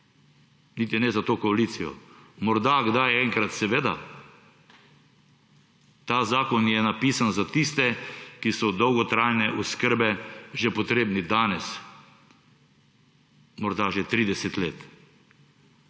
niti ne za to koalicijo. Morda kdaj, enkrat, seveda. Ta zakon je napisan za tiste, ki so dolgotrajne oskrbe že potrebni danes, morda že 30 let.